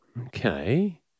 Okay